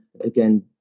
again